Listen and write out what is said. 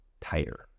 tighter